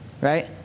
right